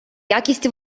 якість